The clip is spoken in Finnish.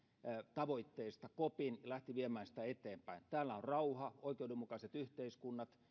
tavoitteesta kopin ja lähti viemään sitä eteenpäin täällä on rauha oikeudenmukaiset yhteiskunnat